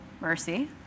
mercy